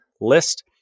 list